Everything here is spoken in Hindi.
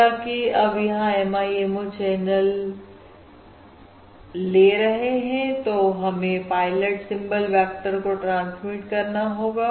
हालांकि अब यहां MIMO चैनल ले रहे हैं तो हमें पायलट सिंबल वेक्टर को ट्रांसमिट करना होगा